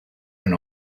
and